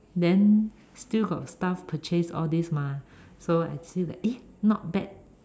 then still got staff purchase all these mah so I see that eh not bad